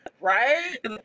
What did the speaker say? Right